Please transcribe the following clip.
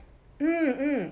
mm mm